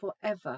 forever